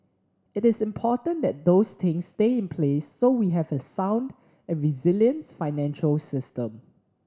it is important that those things stay in place so we have a sound and resilient financial system